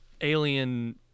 alien